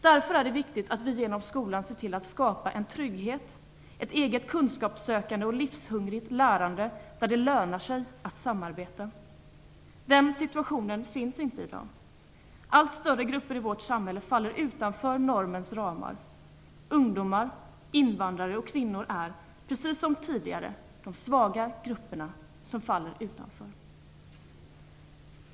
Därför är det viktigt att vi genom skolan ser till att skapa en trygghet, ett eget kunskapssökande och livshungrigt lärande, där det lönar sig att samarbeta. Den situationen finns inte i dag. Allt större grupper i vårt samhälle faller utanför normens ramar. Ungdomar, invandrare och kvinnor är, precis som tidigare, de svaga grupperna som faller utanför.